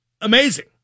amazing